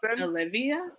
olivia